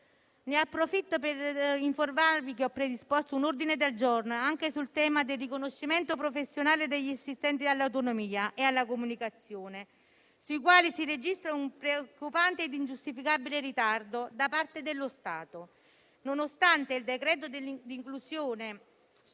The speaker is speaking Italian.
Ne approfitto per informare l'Assemblea che ho predisposto un ordine del giorno anche sul tema del riconoscimento professionale degli assistenti all'autonomia e alla comunicazione, sul quale si registra un preoccupante e ingiustificabile ritardo da parte dello Stato, nonostante il cosiddetto decreto dell'inclusione,